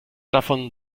davon